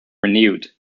renewed